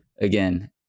Again